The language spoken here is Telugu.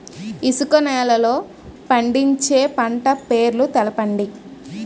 ఇసుక నేలల్లో పండించే పంట పేర్లు తెలపండి?